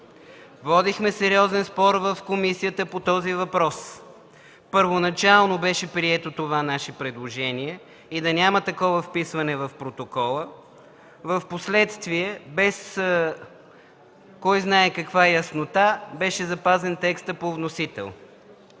водихме сериозен спор по този въпрос. Първоначално беше прието това наше предложение – да няма такова вписване в протокола. Впоследствие, без кой знае каква яснота, беше запазен текстът по вносител.